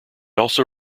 also